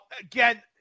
again